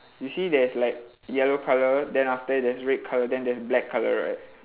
you see there's like yellow colour then after that there's red colour then there's black colour right